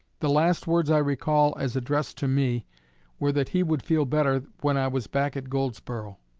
the last words i recall as addressed to me were that he would feel better when i was back at goldsboro.